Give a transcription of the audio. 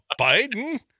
biden